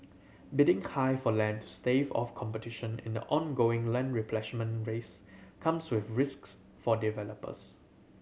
bidding high for land to stave off competition in the ongoing land replenishment race comes with risks for developers